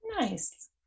Nice